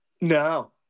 No